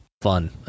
Fun